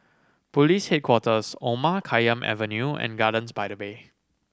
Police Headquarters Omar Khayyam Avenue and Gardens by the Bay